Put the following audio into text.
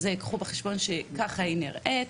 אז קחו בחשבון שככה היא נראית,